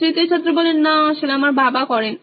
তৃতীয় ছাত্র না আসলে আমার বাবা করেন